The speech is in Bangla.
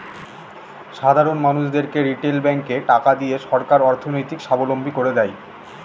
সাধারন মানুষদেরকে রিটেল ব্যাঙ্কে টাকা দিয়ে সরকার অর্থনৈতিক সাবলম্বী করে দেয়